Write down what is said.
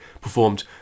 performed